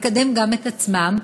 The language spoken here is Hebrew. לקדם גם את עצמם,